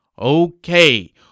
Okay